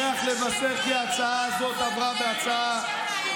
אני שמח לבשר כי ההצעה הזאת עברה בקריאה טרומית.